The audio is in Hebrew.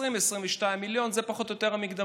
20 22 מיליון שקל זה פחות או יותר המקדמות.